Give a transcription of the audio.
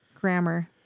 Grammar